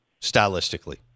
stylistically